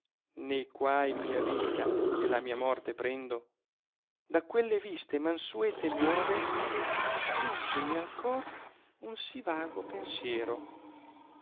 ne quai mia vita e la mia morte prendo da quelle viste mansuete e nuove giungemi al cuor un sì vago pensiero